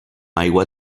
aigua